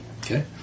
Okay